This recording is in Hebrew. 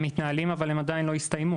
הם מתנהלים אבל הם עדיין לא הסתיימו.